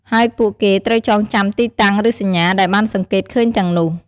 ហើយពួកគេត្រូវចងចាំទីតាំង ឬសញ្ញាដែលបានសង្កេតឃើញទាំងនោះ។